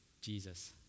jesus